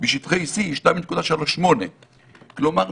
בשטחי C היא 2.38%. כלומר,